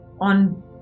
on